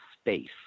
space